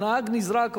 והנהג נזרק,